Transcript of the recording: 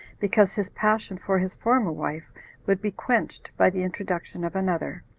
because his passion for his former wife would be quenched by the introduction of another,